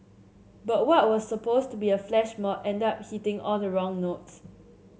but what was supposed to be a flash mob ended up hitting all the wrong notes